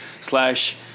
slash